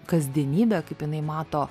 kasdienybę kaip jinai mato